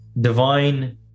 divine